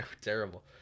terrible